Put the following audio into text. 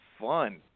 fun